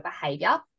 behavior